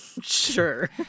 Sure